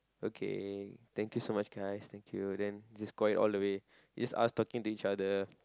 okay thank you so much guys thank you then just call it all the way just us talking to each other